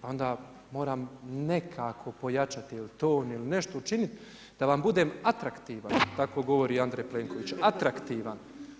pa onda moram nekako pojačati ili ton ili nešto učiniti da vam budem atraktivan tako govori Andrej Plenković atraktivan.